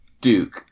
Duke